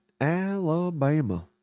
Alabama